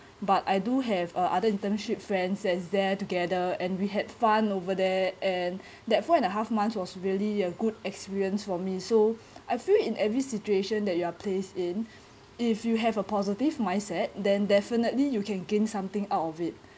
but I do have uh other internship friends that is there together and we had fun over there and that four and a half months was really a good experience for me so I feel in every situation that you are placed in if you have a positive mindset then definitely you can gain something out of it